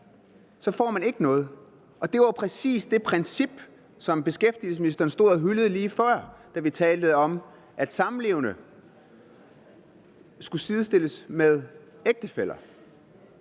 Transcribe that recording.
så får man ikke noget. Det var præcis det princip, som beskæftigelsesministeren stod og hyldede lige før, da vi talte om, at samlevende skulle sidestilles med ægtefæller.